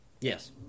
Yes